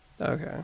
okay